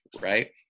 right